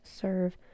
Serve